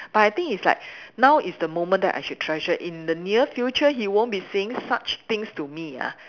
but I think it's like now is the moment that I should treasure in the near future he won't be saying such things to me ah